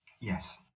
Yes